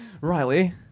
Riley